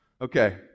Okay